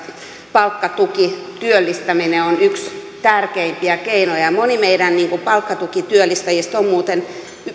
palkkatukityöllistäminen on yksi tärkeimpiä keinoja moni meidän palkkatukityöllistäjistä on muuten